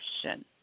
question